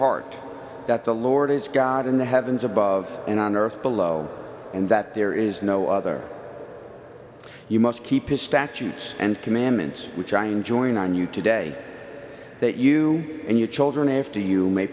heart that the lord is god in the heavens above and on earth below and that there is no other you must keep his statutes and commandments which i enjoin on you today that you and your children after you may